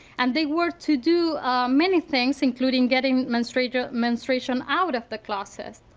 and they work to do many things, including getting menstruation menstruation out of the closet.